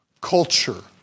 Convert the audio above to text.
culture